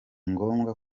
ngombwa